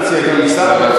ועדת החינוך.